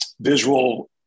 visual